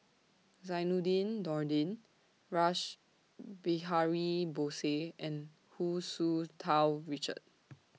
Zainudin Nordin Rash Behari Bose and Hu Tsu Tau Richard